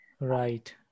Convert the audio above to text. Right